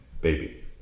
baby